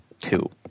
two